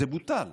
זה בוטל,